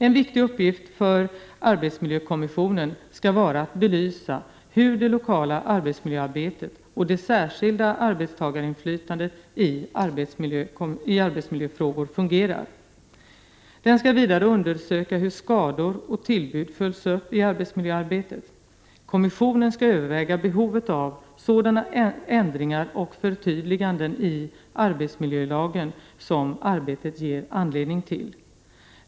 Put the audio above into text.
En viktig uppgift för arbetsmiljökommissionen skall vara att belysa hur det lokala arbetsmiljöarbetet och det särskilda arbetstagarinflytandet i arbetsmiljöfrågor fungerar. Den skall vidare undersöka hur skador och tillbud följs upp i arbetsmiljöarbetet. Kommissionen skall överväga behovet av sådana ändringar och förtydliganden i arbetsmiljölagen som arbetet ger anledning till.